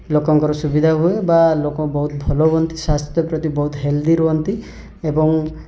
ଲୋକଙ୍କର ସୁବିଧା ହୁଏ ବା ଲୋକ ବହୁତ ଭଲ ହୁଅନ୍ତି ସ୍ୟାସ୍ଥ୍ୟ ପ୍ରତି ବହୁତ ହେଲ୍ଦି ରୁହନ୍ତି ଏବଂ